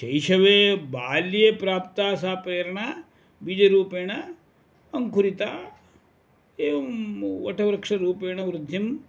शैशवे बाल्ये प्राप्ता सा प्रेरणा बीजरूपेण अङ्कुरिता एवं वटवृक्षरूपेण वृद्धिं